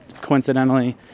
coincidentally